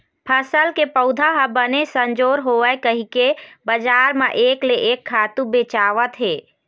फसल के पउधा ह बने संजोर होवय कहिके बजार म एक ले एक खातू बेचावत हे